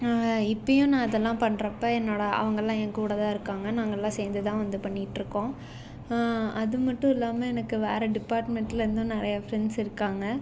இப்பயும் நான் இதெல்லாம் பண்ணுறப்ப என்னோட அவங்கள்லாம் என் கூட தான் இருக்காங்க நாங்கள்லாம் சேர்ந்து தான் வந்து பண்ணிகிட்ருக்கோம் அது மட்டும் இல்லாமல் எனக்கு வேற டிபார்ட்மெண்ட்லேருந்தும் நிறையா ஃப்ரெண்ட்ஸ் இருக்காங்க